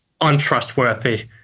untrustworthy